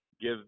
give